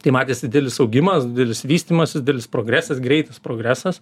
tai matėsi didelis augimas didelis vystymasis didelis progresas greitas progresas